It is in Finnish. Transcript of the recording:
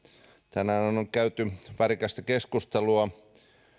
tänäänhän on käyty värikästä keskustelua